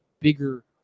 bigger